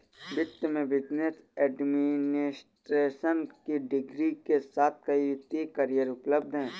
वित्त में business administration की डिग्री के साथ कई वित्तीय करियर उपलब्ध हैं